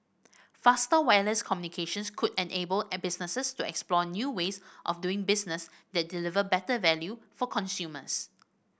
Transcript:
faster wireless communications could enable businesses to explore new ways of doing business that deliver better value for consumers